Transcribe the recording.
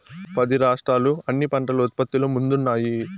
పది రాష్ట్రాలు అన్ని పంటల ఉత్పత్తిలో ముందున్నాయి